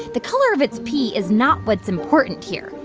the color of its pee is not what's important here.